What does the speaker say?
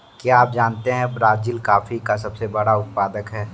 क्या आप जानते है ब्राज़ील कॉफ़ी का सबसे बड़ा उत्पादक है